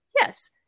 Yes